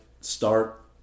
start